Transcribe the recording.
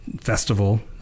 festival